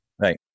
Right